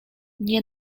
nie